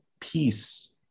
peace